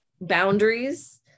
boundaries